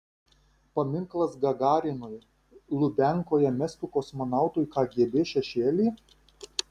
paminklas gagarinui lubiankoje mestų kosmonautui kgb šešėlį